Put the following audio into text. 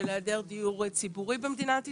של היעדר דיור ציבורי במדינת ישראל.